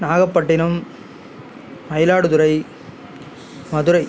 Nagapattinam Mayiladuthurai Madurai